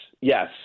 yes